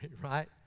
right